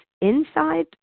inside